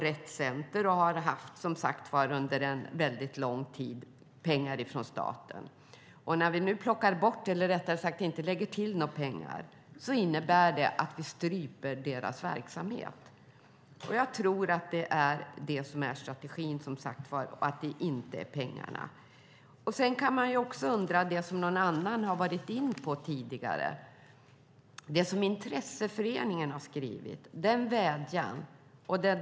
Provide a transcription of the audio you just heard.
Rett Center har under lång tid fått pengar från staten. När vi nu plockar bort pengar, eller rättare sagt inte lägger till några, innebär det att vi stryper deras verksamhet. Jag tror som sagt att det är detta som är strategin. Det är inte pengarna. Någon annan här var tidigare inne på det som intresseföreningen har skrivit i sin vädjan.